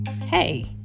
Hey